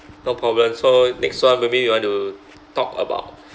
no problem so next one maybe you want to talk about